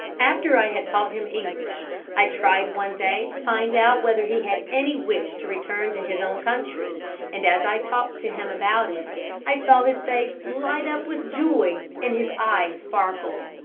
after i had taught him english i tried one day to find out whether he had any wish to return to his own country and as i talked to him about it i saw his face light up with joy and his eye sparkle.